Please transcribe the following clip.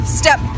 step